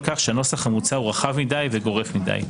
כך שהנוסח המוצע הוא רחב מדי וגורף מדי.